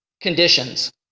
conditions